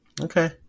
Okay